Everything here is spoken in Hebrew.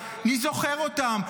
מי זוכר אותם?